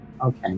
Okay